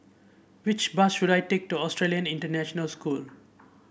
which bus should I take to Australian International School